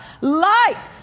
Light